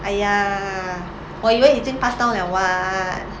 !aiya! 我以为已经 pass down liao [what]